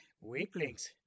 Weaklings